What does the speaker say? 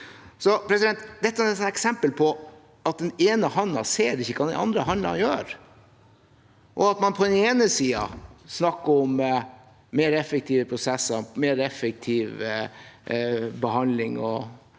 og verdiskaping. Dette er et eksempel på at den ene hånden ikke ser hva den andre hånden gjør, og at man på den ene siden snakker om mer effektive prosesser og mer effektiv be handling og